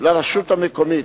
לרשות המקומית.